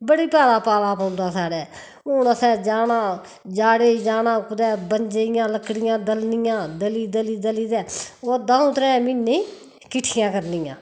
बड़ी भारा पाला पौंदा साढ़ै हून असैं जाना जाड़े जाना कुतै बंजे'इयां लकड़ियां दलनियां दली दली दली ते ओह् दऊं त्रैं म्हीने किट्ठियां करनियां